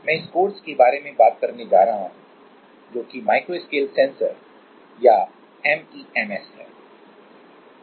मैं इस कोर्स के बारे में बात करने जा रहा हूं जो कि माइक्रोस्केल सेंसर या एमईएमएस है